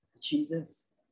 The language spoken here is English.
Jesus